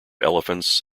elephants